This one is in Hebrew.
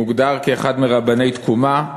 מוגדר כאחד מרבני תקומה,